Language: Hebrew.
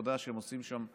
עבודה שעושים שם.